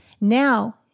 Now